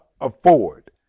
afford